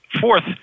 fourth